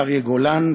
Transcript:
ואריה גולן,